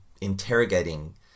interrogating